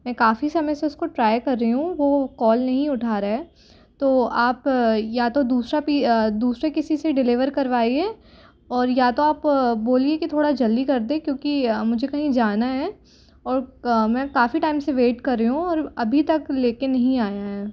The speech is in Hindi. मैं काफ़ी समय से उसको ट्राय कर रही हूँ वो कॉल नहीं उठा रहा है तो आप या तो दूसरा पी दूसरे किसी से डिलीवर करवाइए और या तो आप बोलिए कि थोड़ा जल्दी कर दे क्योंकि मुझे कहीं जाना है और मैं काफ़ी टाइम से वेट कर रही हूँ और अभी तक ले कर नहीं आया है